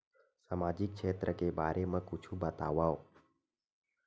सामजिक क्षेत्र के बारे मा कुछु बतावव?